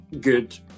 good